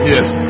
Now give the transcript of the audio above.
Yes